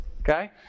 okay